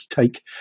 take